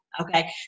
Okay